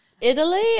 Italy